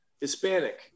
Hispanic